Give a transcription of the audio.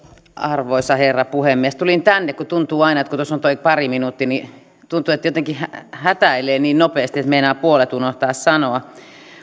arvoisa herra puhemies tulin tänne eteen kun tuntuu aina kun tuossa on tuo pari minuuttia että jotenkin hätäilee niin nopeasti että meinaa puolet unohtaa sanoa